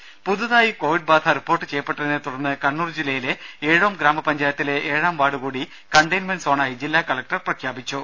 രുമ പുതുതായി കോവിഡ് ബാധ റിപ്പോർട്ട് ചെയ്യപ്പെട്ടതിനെ തുടർന്ന് കണ്ണൂർ ജില്ലയിലെ ഏഴോം ഗ്രാമപഞ്ചായത്തിലെ ഏഴാം വാർഡ് കൂടി കണ്ടെയിൻമെന്റ് സോണായി ജില്ലാ കലക്ടർ പ്രഖ്യാപിച്ചു